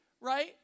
Right